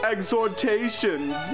Exhortations